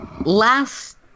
Last